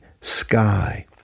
sky